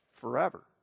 forever